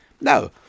No